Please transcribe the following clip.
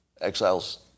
Exiles